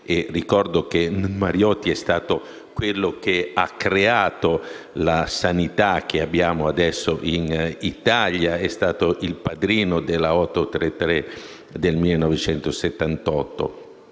Ricordo che Mariotti è stato colui che ha creato la sanità che abbiamo adesso in Italia. È stato il padrino della legge n.